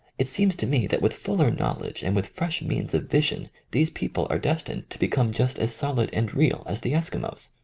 it seems to me that. with fuller knowledge and with fresh means of vision these people are destined to become just as solid and real as the eskimos.